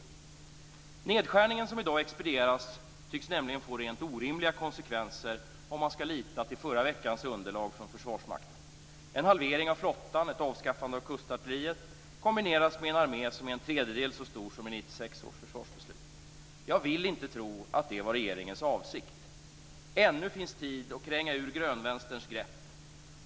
Den nedskärning som i dag expedieras tycks nämligen få rent orimliga konsekvenser, om man skall lita till förra veckans underlag från Försvarsmakten. En halvering av flottan och ett avskaffande av kustartilleriet kombineras med en armé som är en tredjedel så stor som i 1996 års försvarsbeslut. Jag vill inte tro att det var regeringens avsikt. Ännu finns tid att kränga sig ur grönvänsterns grepp.